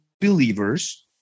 believers